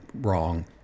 Wrong